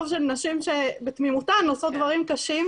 של נשים שבתמימותן עושות דברים קשים